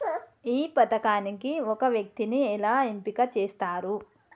ఈ పథకానికి ఒక వ్యక్తిని ఎలా ఎంపిక చేస్తారు?